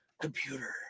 computer